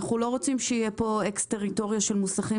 אנחנו לא רוצים שתהיה כאן אקס טריטוריה של מוסכים